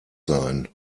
sein